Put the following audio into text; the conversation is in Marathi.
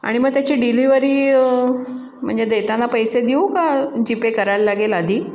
आणि मग त्याची डिलिवरी म्हणजे देताना पैसे देऊ का जीपे करायला लागेल आधी